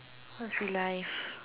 what's relive